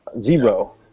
Zero